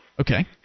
Okay